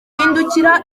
hindukira